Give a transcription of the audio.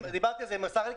דיברתי על זה עם השר אלקין.